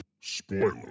spoiler